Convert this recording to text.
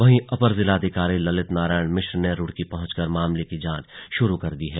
वहीं अपर जिलाधिकारी ललित नारयण मिश्र ने रूड़की पहुंच कर मामले की जांच शुरू कर दी है